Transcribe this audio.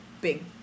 big